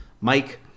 Mike